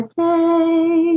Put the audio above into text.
day